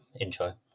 intro